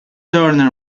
turner